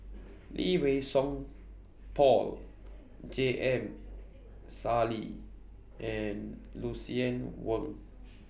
Lee Wei Song Paul J M Sali and Lucien Wang